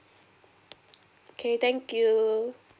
okay thank you